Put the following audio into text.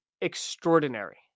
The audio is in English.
extraordinary